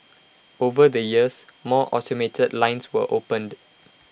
over the years more automated lines were opened